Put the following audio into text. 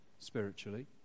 spiritually